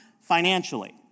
financially